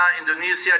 Indonesia